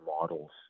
models